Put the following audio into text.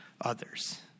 others